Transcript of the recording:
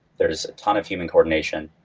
there's a tone of human coordination.